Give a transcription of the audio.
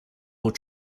old